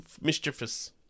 mischievous